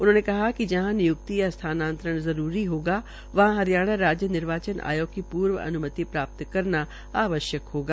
उन्होंने कहा कि जहां निय्क्ति या स्थानातरण जरूरी होगा वहां हरियाणा राज्य निर्वाचन आयोग की पूर्व स्वीकृति प्राप्त करना आवश्यक होगा